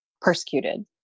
persecuted